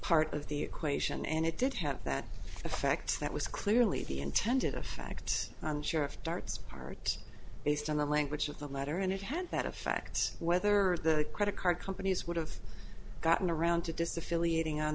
part of the equation and it did have that effect that was clearly the intended effect on sheriff dart's part based on the language of the letter and it had that effect whether the credit card companies would have gotten around to